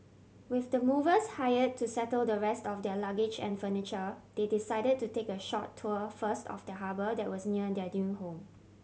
with the movers hired to settle the rest of their luggage and furniture they decided to take a short tour first of the harbour that was near their new home